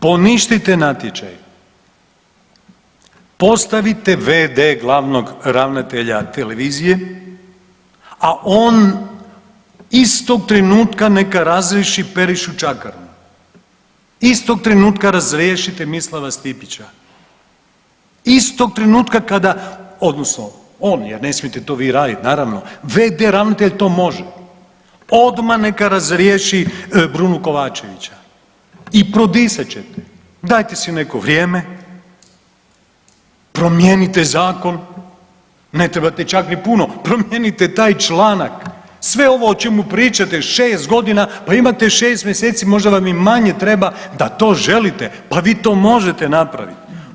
Poništite natječaj, postavite v.d. glavnog ravnatelja televizije, a on istog trenutka neka razriješi Perišu Čakaruna, istog trenutka razriješite Mislava Stipića, istog trenutka kada, odnosno on, jer ne smijete to vi raditi naravno, v.d. ravnatelj to može, odma neka razriješi Brunu Kovačevića i prodisat ćete, dajte si neko vrijeme, promijenite Zakon, ne trebate čak ni puno promijenite taj članak, sve ovo o čemu pričate 6 godina, pa imate 6 mjeseci, možda vam i manje treba da to želite, pa vi to možete napraviti.